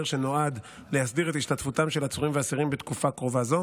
שנועד להסדיר את השתתפותם של עצורים ואסירים בתקופה קרובה זו,